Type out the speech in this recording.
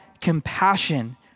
compassion